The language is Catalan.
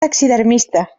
taxidermista